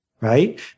right